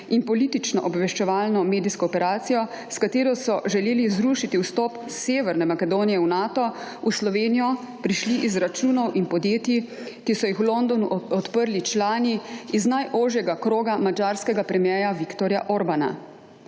in politično obveščevalno medijsko operacijo, s katero so želeli zrušiti vstop Severne Makedonije v Nato, v Slovenijo prišli iz računov in podjetij, ki so jih v Londonu odprli člani iz najožjega kroga madžarskega premierja Viktorja Orbána.